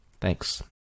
Thanks